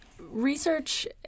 research